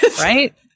Right